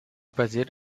basiert